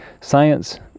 Science